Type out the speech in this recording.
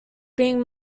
being